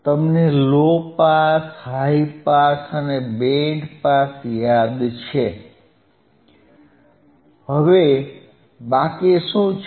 તમને low pass high pass અને band pass યાદ છે હવે બાકી શું છે